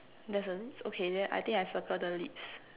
there isn't okay then I think I circle the lips